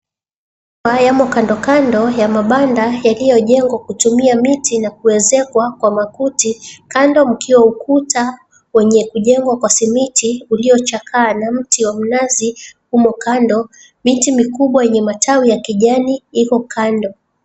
Baa yamo kandokando, ya mabanda yaliyojengwa kutumia miti na kuezekwa kwa kwa makuti. Kando mkiwa ukuta, wenye kujengwa kwa simiti, uliochakaa na mti wa mnazi, umo kando. Miti mikubwa yenye matawi ya kijani, iko kando.